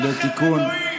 אין לכם אלוהים.